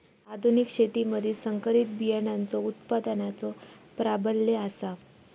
आधुनिक शेतीमधि संकरित बियाणांचो उत्पादनाचो प्राबल्य आसा